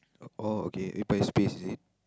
oh okay space is it